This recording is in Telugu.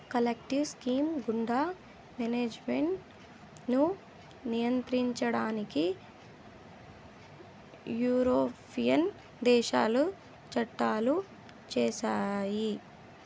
కలెక్టివ్ స్కీమ్ గుండా మేనేజ్మెంట్ ను నియంత్రించడానికి యూరోపియన్ దేశాలు చట్టాలు చేశాయి